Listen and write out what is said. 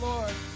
Lord